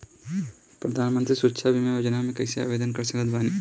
प्रधानमंत्री सुरक्षा बीमा योजना मे कैसे आवेदन कर सकत बानी?